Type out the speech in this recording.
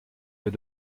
vais